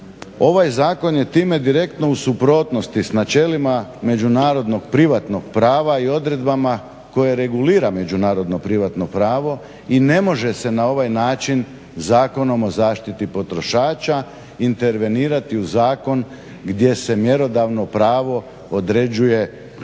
Ovaj zakon je time direktno u suprotnosti s načelima Međunarodnog privatnog prava i odredbama koje regulira međunarodno privatno pravo. I ne može se na ovaj način Zakonom o zaštiti potrošača intervenirati u zakon gdje se mjerodavno pravo određuje temeljem